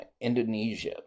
Indonesia